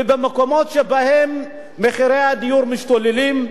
ובמקומות שבהם מחירי הדיור משתוללים,